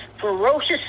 ferocious